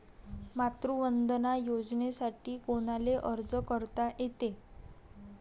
मातृवंदना योजनेसाठी कोनाले अर्ज करता येते?